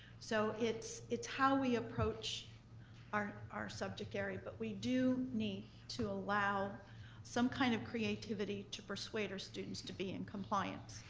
so it's it's how we approach our our subject area, but we do need to allow some kind of creativity to persuade our students to be in compliance,